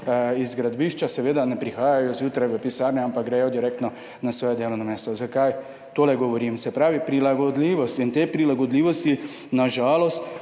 iz gradbišča seveda ne prihajajo zjutraj v pisarne, ampak gredo direktno na svoje delovno mesto. Zakaj to govorim? Se pravi, prilagodljivost. In te prilagodljivosti na žalost